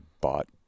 bought